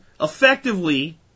effectively